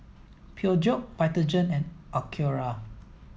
Peugeot Vitagen and Acura